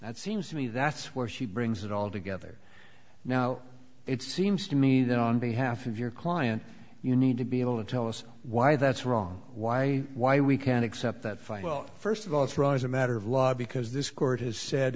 that seems to me that's where she brings it all together now it seems to me that on behalf of your client you need to be able to tell us why that's wrong why why we can't accept that fine well first of all it's wrong as a matter of law because this court has said